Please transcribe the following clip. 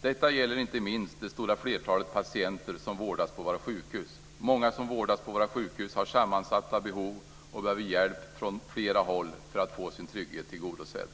Detta gäller inte minst det stora flertalet patienter som vårdas på våra sjukhus. Många som vårdas på våra sjukhus har sammansatta behov och behöver hjälp från flera håll för att få sin trygghet tillgodosedd.